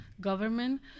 government